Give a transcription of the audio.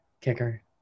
kicker